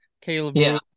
Caleb